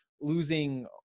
losing